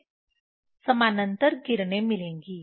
फिर समानांतर किरणें मिलेंगी